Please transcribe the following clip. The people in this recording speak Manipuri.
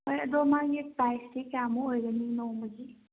ꯍꯣꯏ ꯑꯗꯣ ꯃꯥꯒꯤ ꯄ꯭ꯔꯥꯏꯖꯇꯤ ꯀꯌꯥꯃꯨꯛ ꯑꯣꯏꯒꯅꯤ ꯅꯣꯡꯃꯒꯤ